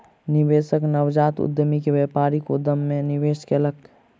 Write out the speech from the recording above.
निवेशक नवजात उद्यमी के व्यापारिक उद्यम मे निवेश कयलक